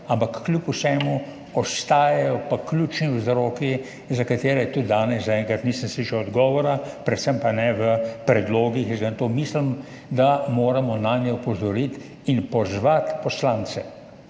ampak kljub vsemu pa ostajajo ključni vzroki, za katere tudi danes zaenkrat nisem slišal odgovora, predvsem pa ne v predlogih, zato mislim, da moramo nanje opozoriti in pozvati poslance,